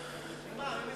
ממה?